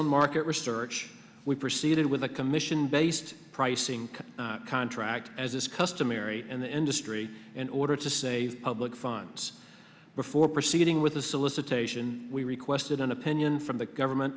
on market research we proceeded with a commission based pricing contract as is customary in the industry and order to save public funds before proceeding with a solicitation we requested an opinion from the government